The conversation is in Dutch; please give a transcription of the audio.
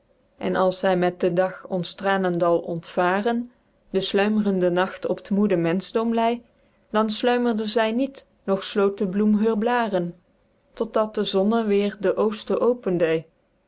en als hy met den dag ons tranendal ontvaren den sluimerenden nacht op t moede menschdom lei dan sluimerde zy niet noch sloot de bloem heur blaren tot dat de zonne weêr den oosten open